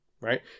right